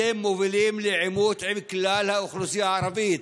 אתם מובילים לעימות עם כלל האוכלוסייה הערבית.